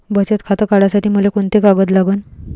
बचत खातं काढासाठी मले कोंते कागद लागन?